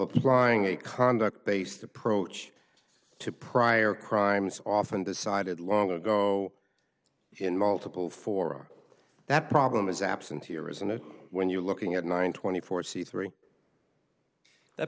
applying a conduct based approach to prior crimes often decided long ago in multiple for that problem is absent here isn't it when you're looking at nine twenty four c three that